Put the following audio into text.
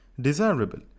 desirable